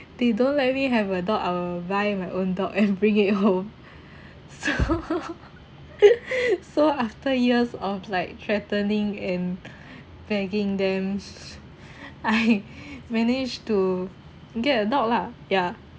they don't let me have a dog I will buy my own dog and bring it home so after years of like threatening and begging them I managed to get a dog lah ya